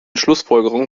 schlussfolgerungen